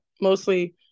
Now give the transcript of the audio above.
mostly